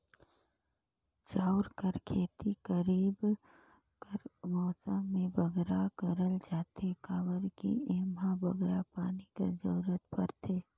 चाँउर कर खेती खरीब कर मउसम में बगरा करल जाथे काबर कि एम्हां बगरा पानी कर जरूरत परथे